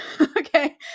Okay